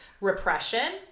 Repression